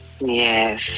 Yes